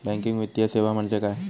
Banking वित्तीय सेवा म्हणजे काय?